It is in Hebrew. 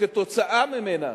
שכתוצאה ממנה